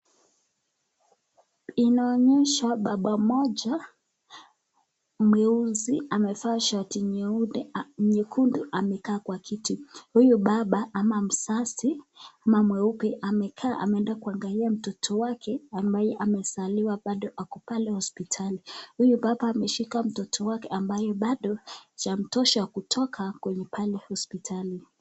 Inaonyesha baba mmoja mweusi amevaa shati nyekundu amekaa kwa kiti. Huyu baba ama mzazi ama mweupe amekaa ameenda kuangalia mtoto wake ambaye amezaliwa bado ako pale hospitali. Huyu baba ameshika mtoto wake ambaye bado haijamtosha kutoka kweneye pale hospitali.